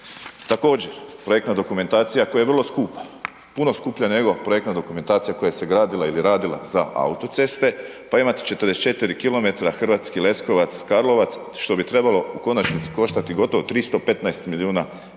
također projektna dokumentacija koja je vrlo skupa, puno skuplja nego projektna dokumentacija koja se gradila ili radila za autoceste, pa ima 44 km Hrvatski Leskovac-Karlovac, što bi trebalo u konačnici koštati gotovo 315 milijuna EUR-a,